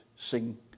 Sing